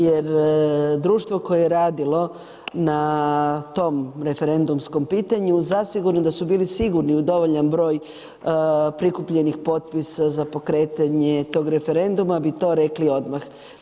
Jer društvo koje je radilo na tom referendumskom pitanju zasigurno da su bili sigurni u dovoljan broj prikupljenih potpisa za pokretanje tog referenduma bi to rekli odmah.